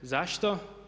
Zašto?